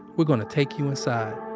we're gonna take you so